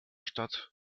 stadt